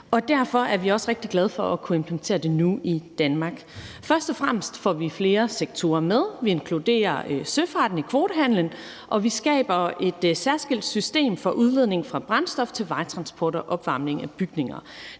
derfor er vi også rigtig glade for at kunne implementere det nu i Danmark. Først og fremmest får vi flere sektorer med. Vi inkluderer søfarten i kvotehandelen. Og vi skaber et særskilt system for udledningen fra brændstof til vejtransport og opvarmning af bygninger.